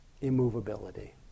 immovability